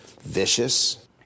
vicious